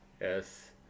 Yes